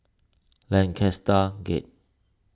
Lancaster Gate